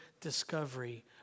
discovery